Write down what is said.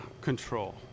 Control